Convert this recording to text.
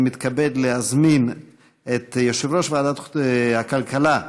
אני מתכבד להזמין את יושב-ראש ועדת הכלכלה,